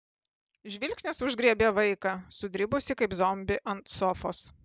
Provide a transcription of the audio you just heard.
žvilgsnis užgriebė vaiką sudribusį kaip zombį ant sofos